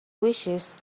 wishes